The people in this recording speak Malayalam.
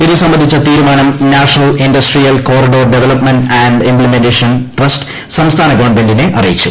ഇത് സംബന്ധിത്ത തീരുമാനം national industrial corridor development and implementation trust സംസ്ഥാന ഗവണ്മെന്റിനെ അറിയിച്ചു